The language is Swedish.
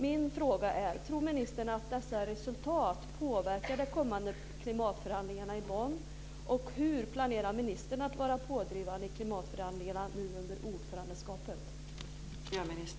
Min fråga är: Tror ministern att dessa resultat påverkar de kommande klimatförhandlingarna i Bonn, och hur planerar ministern att vara pådrivande i klimatförändringarna nu under ordförandeskapet?